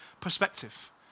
Perspective